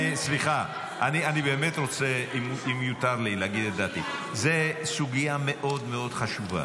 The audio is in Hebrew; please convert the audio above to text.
אם יותר לי להגיד את דעתי: זאת סוגיה מאוד מאוד חשובה,